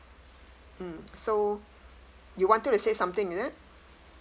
mm so you wanted to say something is it